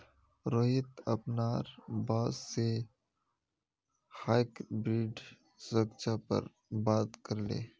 रोहित अपनार बॉस से हाइब्रिड सुरक्षा पर बात करले